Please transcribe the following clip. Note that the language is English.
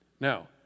Now